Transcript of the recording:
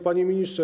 Panie Ministrze!